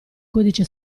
codice